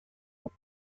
art